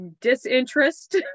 disinterest